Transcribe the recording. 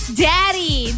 daddy